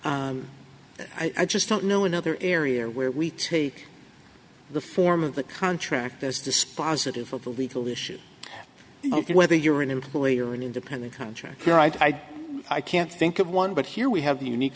i just don't know another area where we take the form of the contract as dispositive of the legal issue whether you're an employee or an independent contractor i i can't think of one but here we have the unique